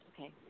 Okay